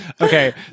Okay